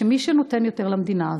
שמי שנותן יותר למדינה הזאת,